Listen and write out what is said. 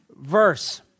verse